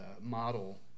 model